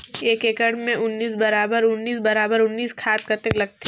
एक एकड़ मे उन्नीस बराबर उन्नीस बराबर उन्नीस खाद कतेक लगथे?